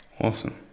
awesome